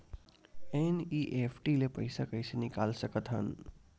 NEFT ले पईसा कइसे निकाल सकत हन?